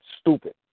stupid